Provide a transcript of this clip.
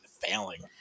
failing